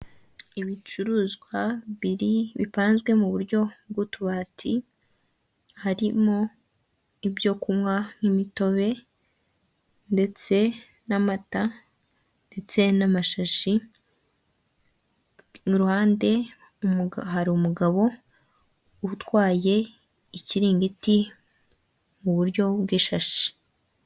Ahantu heza hasukuye by'intangarugero bigaragara ko hafatirwa amafunguro, harimwo intebe nziza ndetse n'ameza, iruhande hari akabati karimo ibikoresho byifashishwa.